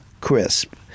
Crisp